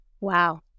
Wow